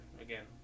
Again